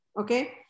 okay